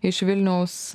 iš vilniaus